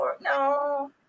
No